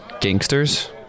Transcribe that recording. gangsters